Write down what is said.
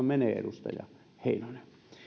menee edustaja heinonen